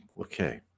okay